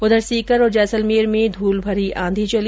उधर सीकर और जैसलमेर में भी धूलभरी आंधी चली